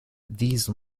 these